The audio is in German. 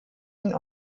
ihn